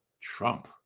Trump